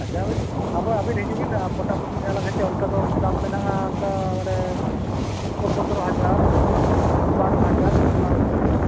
ᱟᱪᱪᱷᱟ ᱟᱹᱵᱤᱱ ᱦᱤᱡᱩᱜ ᱵᱤᱱ ᱯᱚᱴᱟ ᱯᱚᱴᱤᱜ ᱟᱞᱟᱝ ᱦᱮᱸ ᱥᱮ ᱚᱱᱠᱟ ᱫᱚ ᱫᱟᱢ ᱢᱮᱱᱟᱜᱼᱟ ᱚᱱᱠᱟ ᱢᱟᱱᱮ ᱯᱚᱸᱫᱨᱚ ᱦᱟᱡᱟᱨ ᱵᱟᱨᱚ ᱦᱟᱡᱟᱨ ᱚᱱᱠᱟ ᱫᱟᱢᱮᱜ ᱠᱚᱣᱟ ᱦᱮᱸ ᱥᱮ